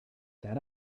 that